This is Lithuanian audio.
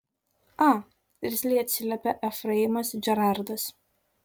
a irzliai atsiliepė efraimas džerardas